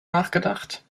nachgedacht